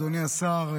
אדוני השר,